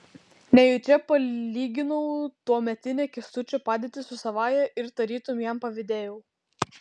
nejučia palyginau tuometinę kęstučio padėtį su savąja ir tarytum jam pavydėjau